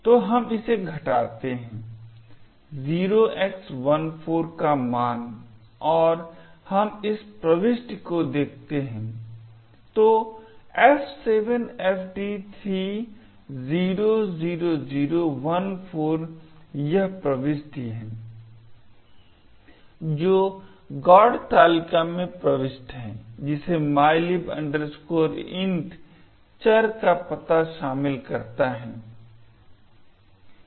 तो हम इस से घटाते हैं 0x14 का मान और हम इस प्रविष्टि को देखते हैं तो F7FD300014 यह प्रविष्टि है जो GOT तालिका में प्रविष्टि है जिसमें mylib int चर का पता शामिल करता है